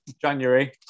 January